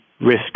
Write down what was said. risk